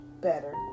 better